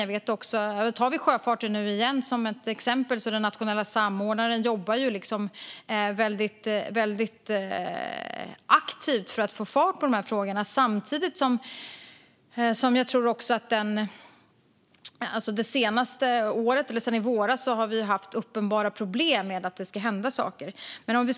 För att igen ta sjöfarten som ett exempel jobbar den nationella samordnaren väldigt aktivt för att få fart på de här frågorna. Sedan i våras har vi haft uppenbara problem med att få saker att hända.